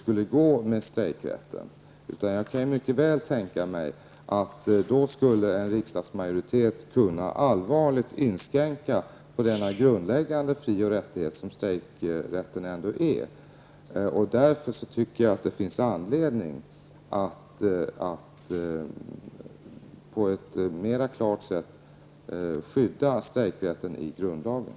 Jag kan mycket väl tänka mig att en riksdagsmajoritet då allvarligt skulle kunna inskränka den grundläggande fri och rättighet som strejkrätten ändå är. Därför menar jag att det finns anledning att på ett mera klart sätt skydda strejkrätten i grundlagen.